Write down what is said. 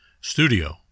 studio